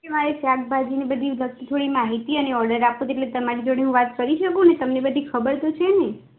મારે શાકભાજીની બધી લગતી થોડી માહિતી અને ઓડર આપવો છે એટલે તમારા જોડે હું વાત કરી શકું તમને બધી ખબર તો છે ને